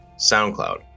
SoundCloud